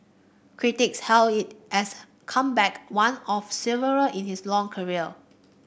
critics hailed it as a comeback one of several in his long career